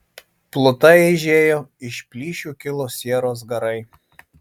pluta eižėjo iš plyšių kilo sieros garai